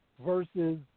versus